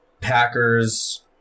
Packers